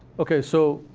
okay, so,